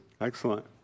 Excellent